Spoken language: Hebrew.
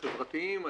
החברתיים,